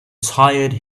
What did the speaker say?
tired